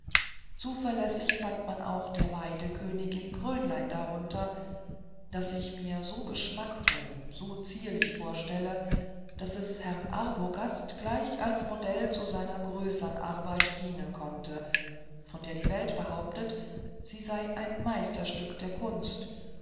zuverlässig fand man auch der waidekönigin ihr krönlein darunter das ich mir so geschmackvoll so zierlich vorstelle daß es herrn arbogast gleich als modell zu seiner größern arbeit dienen konnte von der die welt behauptet sie sei ein meisterstück der kunst